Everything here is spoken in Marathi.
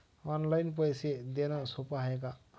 ऑनलाईन पैसे देण सोप हाय का?